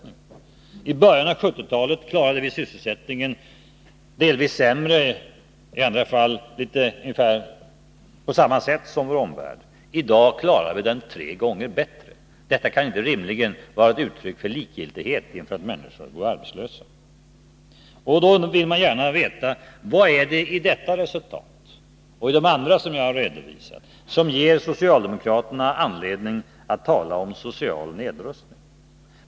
I början av 1970-talet klarade vi sysselsättningen delvis sämre, i andra fall på samma sätt som vår omvärld. I dag klarar vi den tre gånger bättre. Detta kan inte rimligen vara ett uttryck för likgiltighet inför att människor går arbetslösa. Vad är det i detta resultat och i andra som jag har redovisat som ger socialdemokraterna anledning att tala om social nedrustning?